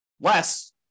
Less